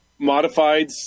Modifieds